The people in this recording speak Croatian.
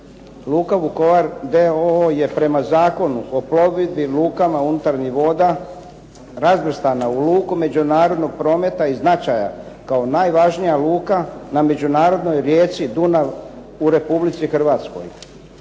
Luka Vukovar d.o.o. je prema Zakonu o plovidbi lukama unutarnjih voda razvrstana u luku međunarodnog prometa i značaja kao najvažnija luka na međunarodnoj rijeci Dunav u Republici Hrvatskoj.